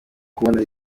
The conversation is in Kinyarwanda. kubona